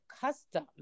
custom